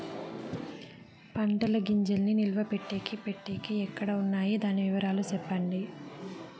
పంటల గింజల్ని నిలువ పెట్టేకి పెట్టేకి ఎక్కడ వున్నాయి? దాని వివరాలు సెప్పండి?